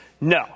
no